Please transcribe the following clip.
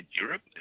Europe